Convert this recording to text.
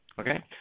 Okay